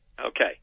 Okay